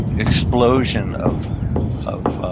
explosion of of